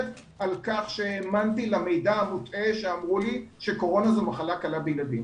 על כך שהאמנתי למידע המוטעה שאמרו לי שקורונה זו מחלה קלה בילדים.